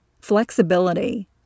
Flexibility